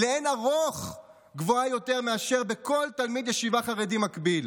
לאין ערוך גבוהה יותר מאשר בכל תלמיד ישיבה חרדי מקביל,